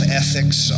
ethics